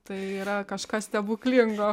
tai yra kažkas stebuklingo